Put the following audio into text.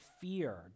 fear